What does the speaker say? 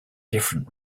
different